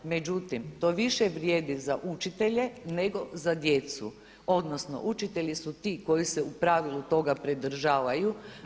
Međutim, to više vrijedi za učitelje nego za djecu, odnosno učitelji su ti koji se u pravilu toga pridržavaju.